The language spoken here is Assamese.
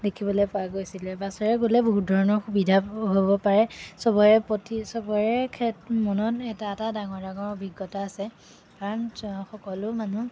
দেখিবলৈ পোৱা গৈছিলে বাছেৰে গ'লে বহুত ধৰণৰ সুবিধা হ'ব পাৰে সবৰে প্ৰতি সবৰে ক্ষেত্ৰত মনত এটা এটা ডাঙৰ ডাঙৰ অভিজ্ঞতা আছে কাৰণ সকলো মানুহ